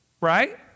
Right